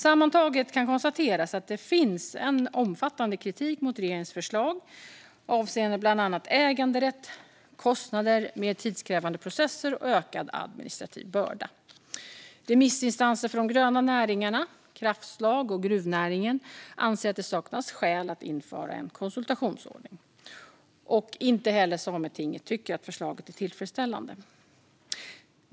Sammantaget kan konstateras att det finns en omfattande kritik mot regeringens förslag avseende bland annat äganderätt, kostnader, mer tidskrävande processer och ökad administrativ börda. Remissinstanser från de gröna näringarna, kraftslag och gruvnäringen anser att det saknas skäl att införa en konsultationsordning. Inte heller Sametinget tycker att förslaget är tillfredsställande.